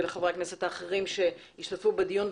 ולחברי הכנסת האחרים שהשתתפו בדיון,